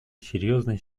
серьезной